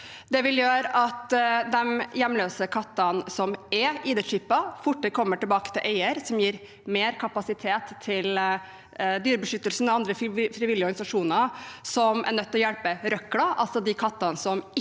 Det vil gjøre at de hjemløse kattene som er ID-merket, fortere kommer tilbake til eier, noe som gir mer kapasitet til Dyrebeskyttelsen og andre frivillige organisasjoner som er nødt til å hjelpe «røkla», altså de kattene som ikke